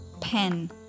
pen